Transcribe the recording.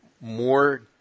more